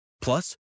Plus